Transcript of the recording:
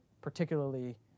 particularly